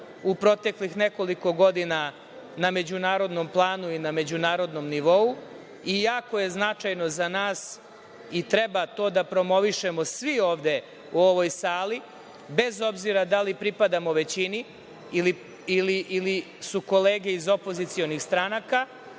u proteklih nekoliko godina na međunarodnom planu i na međunarodnom nivou i jako je značajno za nas i treba to da promovišemo svi ovde u ovoj sali, bez obzira da li pripadamo većini ili su kolege iz opozicionih stranaka,